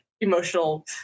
emotional